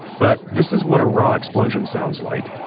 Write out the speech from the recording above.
but this is what a raw explosion sounds like.